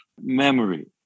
memory